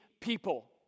people